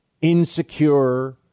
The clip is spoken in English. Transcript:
insecure